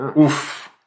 Oof